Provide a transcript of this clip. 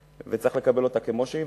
וצריך לקבל אותה כמו שהיא.